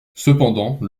cependant